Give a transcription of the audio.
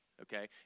okay